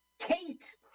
kate